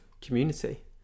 community